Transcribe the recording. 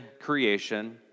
creation